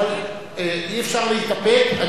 אי-אפשר להתאפק.